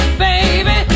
baby